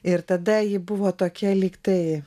ir tada ji buvo tokia lyg tai